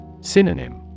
Synonym